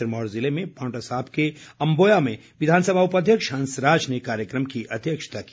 सिरमौर जिले में पांवटा साहिब के अम्बोया में विधानसभा उपाध्यक्ष हंसराज ने कार्यक्रम की अध्यक्षता की